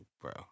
bro